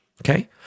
Okay